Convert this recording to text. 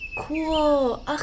cool